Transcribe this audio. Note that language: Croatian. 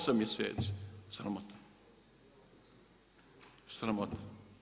8 mjeseci, sramotno, sramota.